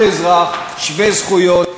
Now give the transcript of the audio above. כל אזרח שווה זכויות,